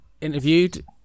interviewed